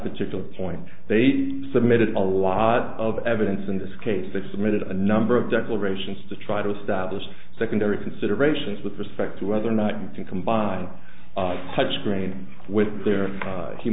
particular point they submitted a lot of evidence in this case they submitted a number of declarations to try to establish secondary considerations with respect to whether or not you can combine touch screen with their